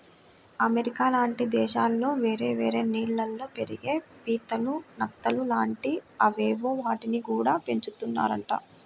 America లాంటి దేశాల్లో వేరే వేరే నీళ్ళల్లో పెరిగే పీతలు, నత్తలు లాంటి అవేవో వాటిని గూడా పెంచుతున్నారంట